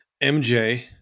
MJ